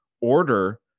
order